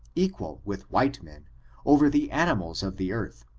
equal with white men over the animals of the earth,